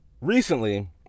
Recently